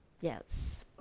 yes